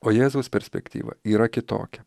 o jėzaus perspektyva yra kitokia